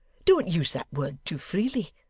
don't use that word too freely.